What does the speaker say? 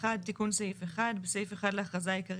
תיקון סעיף 1 באכרזת